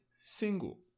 single